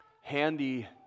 handy